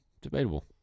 debatable